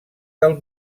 del